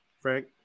Frank